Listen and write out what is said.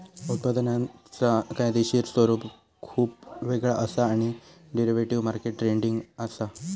उत्पादनांचा कायदेशीर स्वरूप खुप वेगळा असा आणि डेरिव्हेटिव्ह मार्केट ट्रेडिंग पण